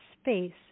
space